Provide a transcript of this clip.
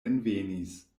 envenis